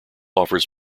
offers